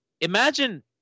imagine